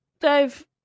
Dave